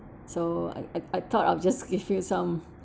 so I I thought of just give you some